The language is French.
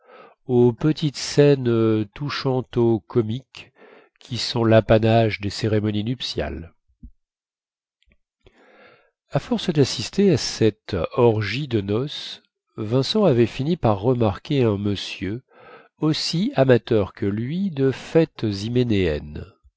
aux petites scènes touchanto comiques qui sont lapanage des cérémonies nuptiales à force dassister à cette orgie de noces vincent avait fini par remarquer un monsieur aussi amateur que lui de